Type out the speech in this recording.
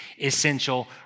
essential